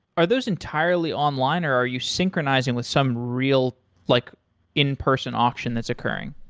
are those entirely online or are you synchronizing with some real like in-person auction that's occurring?